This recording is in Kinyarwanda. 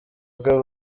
rwe